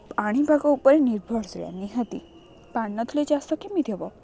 ପାଣିପାଗ ଉପରେ ନିର୍ଭରଶୀଳ ନିହାତି ପାଣି ନ ଥିଲେ ଚାଷ କେମିତି ହେବ